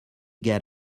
get